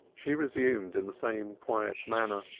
she resumed in the same quiet manner.